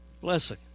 blessing